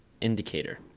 indicator